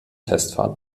testfahrt